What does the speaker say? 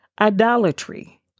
idolatry